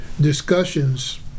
discussions